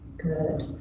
good.